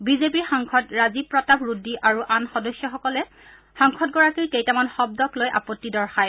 বিজেপিৰ সাংসদ ৰাজীৱ প্ৰতাপ ৰুদী আৰু আন সদস্যসকলে সাংসদগৰাকীৰ কেইটামান শব্দক লৈ আপত্তি দৰ্শহি